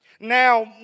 Now